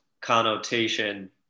connotation